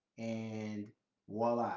and voila,